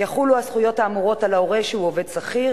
יחולו הזכויות האמורות על ההורה שהוא עובד שכיר